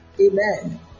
Amen